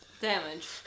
damage